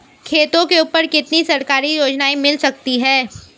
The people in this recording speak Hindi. खेतों के ऊपर कितनी सरकारी योजनाएं मिल सकती हैं?